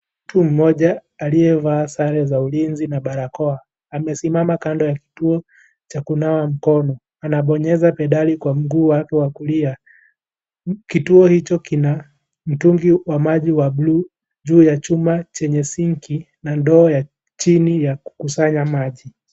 Mtu mmoja aliyevaa sare za ulinzi na barakoa, amesimama kando ya kituo cha kunawa mkono. Anabonyesha pedali kwa mguu wake wa kulia. Kituo hicho kina mtungi wa maji wa bluu juu ya chuma chenye sinki na ndoo ya chini ya kukusanya maji.